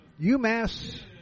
UMass